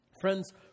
Friends